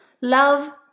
Love